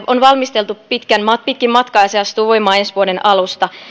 on valmisteltu pitkin matkaa ja se astuu voimaan ensi vuoden alusta